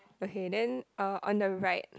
okay then uh on the right